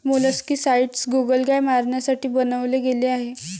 molluscicides गोगलगाय मारण्यासाठी बनवले गेले आहे